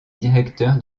directeur